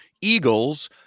Eagles